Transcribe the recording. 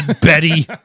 Betty